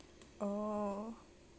oh